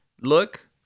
look